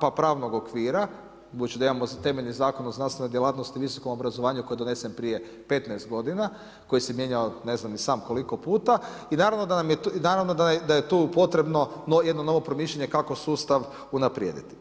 pa pravnog okvira, budući da imamo temeljni Zakon o znanstvenoj djelatnosti i visokom obrazovanju koji je donesen prije 15 godina, koji se mijenjao ne znam ni sam koliko puta i naravno da je tu potrebno jedno novo promišljanje kako sustav unaprijediti.